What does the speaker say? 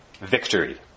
victory